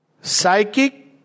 Psychic